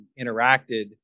interacted